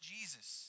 Jesus